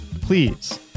please